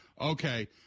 okay